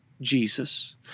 Jesus